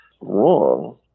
wrong